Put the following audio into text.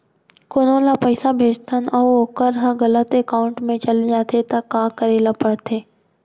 कोनो ला पइसा भेजथन अऊ वोकर ह गलत एकाउंट में चले जथे त का करे ला पड़थे?